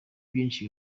byinshi